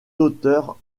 d’auteur